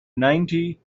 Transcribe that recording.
ninety